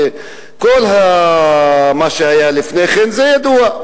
לכל מי שהיה לפני כן זה ידוע,